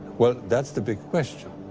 well, that's the big question.